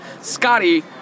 Scotty